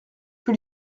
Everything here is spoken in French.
peu